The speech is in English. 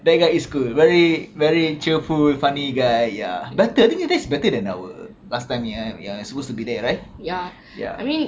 that guy is cool very very cheerful funny guy ya better than I think that's better than our last time yang yang supposed to be there right ya